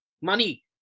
money